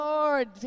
Lord